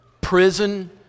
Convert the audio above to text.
prison